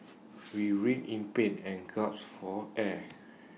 re writhed in pain and gasped for air